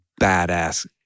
badass